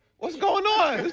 what's going on.